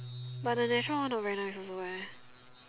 but the natural one not very nice also leh